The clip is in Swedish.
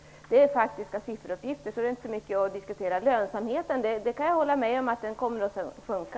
Det är fråga om faktiska sifferuppgifter, så de är inte så mycket att diskutera. Jag kan hålla med om att lönsamheten kommer att sjunka.